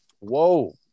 Whoa